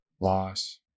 loss